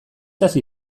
hasi